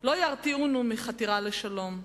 לא ירתיעונו מחתירה לשלום".